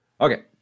Okay